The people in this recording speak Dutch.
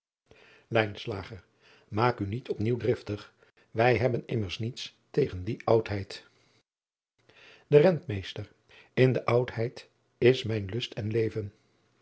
aak u niet op nieuw driftig ij hebben immers niets tegen die oudheid driaan oosjes zn et leven van aurits ijnslager e entmeester n de oudheid is mijn lust en leven